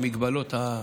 במגבלות.